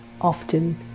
often